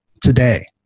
today